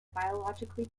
biologically